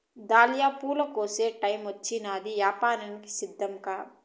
dahlia పూల కోసే టైమొచ్చినాది, యాపారానికి సిద్ధంకా